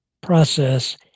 process